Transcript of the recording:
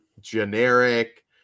generic